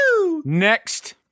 Next